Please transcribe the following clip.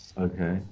Okay